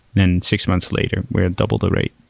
and six months later we'll double the rate.